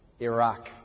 Iraq